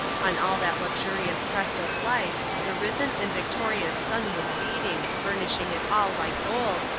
on all that luxurious crest of life the risen and victorious sun was beating, burnishing it all like gold,